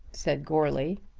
said goarly.